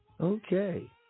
Okay